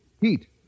heat